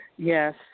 Yes